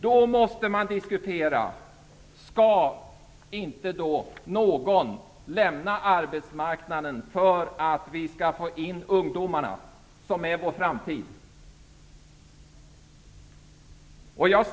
Då måste man diskutera om inte någon grupp måste lämna arbetsmarknaden för att få in ungdomarna som är vår framtid.